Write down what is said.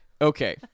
okay